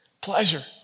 Pleasure